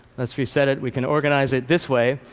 let's reset it. we can organize it this way.